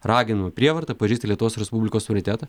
raginu prievarta pažeisti lietuvos respublikos suritetą